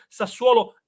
Sassuolo